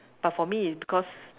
but for me is because